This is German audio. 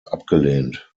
abgelehnt